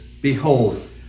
Behold